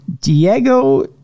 Diego